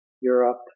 Europe